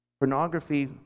Pornography